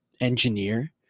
engineer